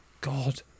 God